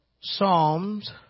Psalms